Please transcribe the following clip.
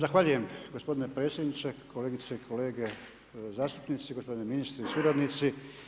Zahvaljujem gospodine predsjedniče, kolegice i kolege zastupnici, gospodine ministre i suradnici.